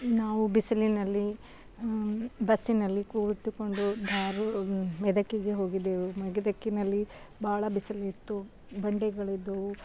ನಾವು ಬಿಸಿಲಿನಲ್ಲಿ ಬಸ್ಸಿನಲ್ಲಿ ಕೂತುಕೊಂಡು ನಾವು ಮೆದಕೆಗೆ ಹೋಗಿದ್ದೆವು ಮೆದಕಿಯಲ್ಲಿ ಭಾಳ ಬಿಸಿಲಿತ್ತು ಬಂಡೆಗಳಿದ್ದವು